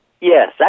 Yes